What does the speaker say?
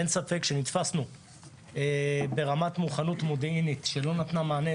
אין ספק שברמת המוכנות המודיעינית לא היה מענה.